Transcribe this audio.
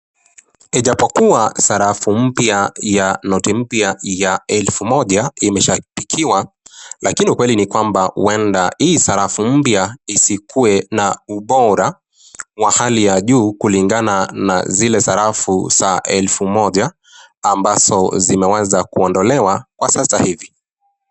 Ijapokuwa sarafu mpya ya noti mpya ya elfu moja, imeshaapikiwa lakini kweli ni kwamba uwenda hii sarafu mpya isikue na ubora wa hali ya juu kulingana na zile sarafu za elfu moja ambazo zinaweza kuondolewa kwa Sasa hivi.